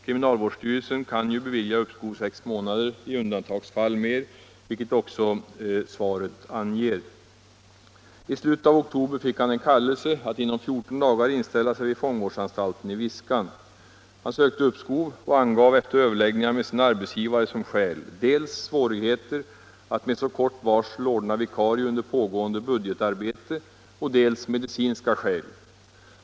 Kriminalvårdsstyrelsen kan ju bevilja uppskov med sex månader, i undantagsfall mer, vilket också svaret anger. I slutet av oktober fick han en kallelse att inom 14 dagar inställa sig vid fångvårdsanstalten i Viskan. Han sökte uppskov och angav som skäl, efter överläggningar med sin arbetsgivare, dels svårigheter att med så kort varsel ordna vikarie under pågående budgetarbete, dels medicinska problem.